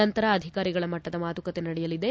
ನಂತರ ಅಧಿಕಾರಿಗಳ ಮಟ್ಟದ ಮಾತುಕತೆ ನಡೆಯಲಿದೆ